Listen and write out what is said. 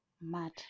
mad